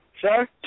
sir